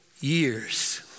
years